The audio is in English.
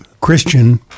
Christian